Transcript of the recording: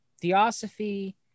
theosophy